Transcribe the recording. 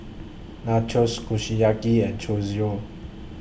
Nachos Kushiyaki and Chorizo